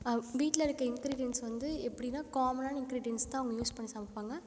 வீட்டில இருக்க இன்க்ரீடியன்ஸ் வந்து எப்படின்னா காமனான இன்க்ரீடியன்ஸ் தான் அவங்க யூஸ் பண்ணி சமைப்பாங்கள்